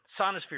sonosphere